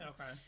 Okay